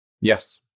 Yes